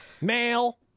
male